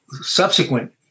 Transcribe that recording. subsequent